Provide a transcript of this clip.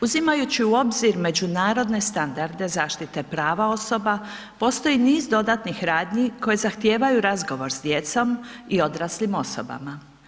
Uzimajući u obzir međunarodne standarde zaštite prava osoba, postoji niz dodatnih radnji koji zahtijevaju razgovor s djecom i odraslim osobama.